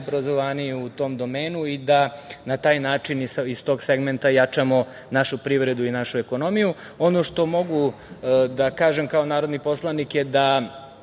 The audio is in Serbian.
najobrazovaniji u tom domenu i da na taj način iz tog segmenta jačamo našu privredu i našu ekonomiju. Ono što mogu da kažem kao narodni poslanik je da